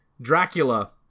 Dracula